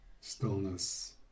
stillness